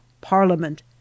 Parliament